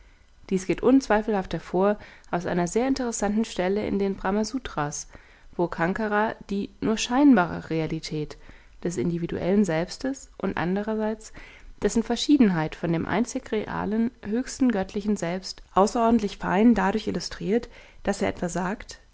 dies geht unzweifelhaft hervor aus einer sehr interessanten stelle in den brahmasutras wo ankara die nur scheinbare realität des individuellen selbstes und andererseits dessen verschiedenheit von dem einzig realen höchsten göttlichen selbst außerordentlich fein dadurch illustriert daß er etwa sagt